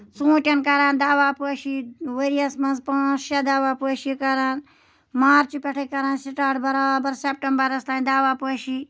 ژوٗنٹین کران دوا پٲشی ؤریَس منٛز پانٛژھ شےٚ دوا پٲشی کران مارچہٕ پٮ۪ٹھٕے کران سِٹارٹ برابر سیپٹمبَرس تانۍ دوا پٲشی